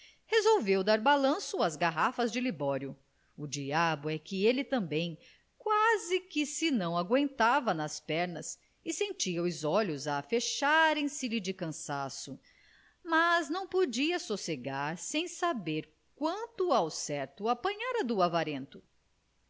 resolveu dar balanço às garrafas de libório o diabo é que ele também quase que não se agüentava nas pernas e sentia os olhos a fecharem se lhe de cansaço mas não podia sossegar sem saber quanto ao certo apanhara do